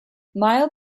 mild